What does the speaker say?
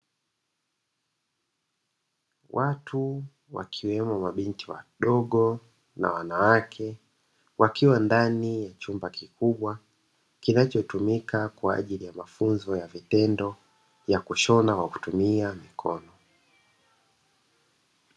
Watu, wakiwemo mabinti wadogo na wanawake; wakiwa ndani ya chumba kikubwa kinachotumika kwa ajili ya mafunzo ya vitendo ya kushona kwa kutumia mikono.